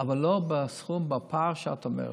אבל לא בסכום, בפער שאת אומרת,